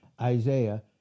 Isaiah